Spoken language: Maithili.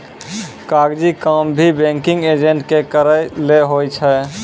कागजी काम भी बैंकिंग एजेंट के करय लै होय छै